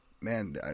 man